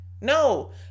no